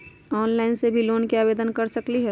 Online से भी loan के आवेदन कर सकलीहल?